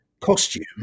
costume